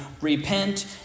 Repent